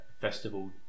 festival